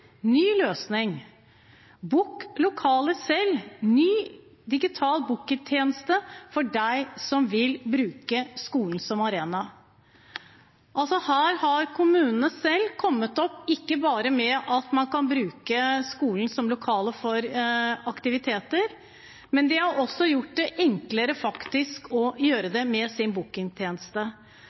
ny løsning: Book lokale selv, en ny digital booking-tjeneste for den som vil bruke skolen som arena. Her har kommunen selv kommet opp med ikke bare at man kan bruke skolen som lokale for aktiviteter, de har med sin booking-tjeneste også gjort det enklere faktisk å gjøre det.